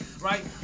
Right